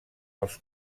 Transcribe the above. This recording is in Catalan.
els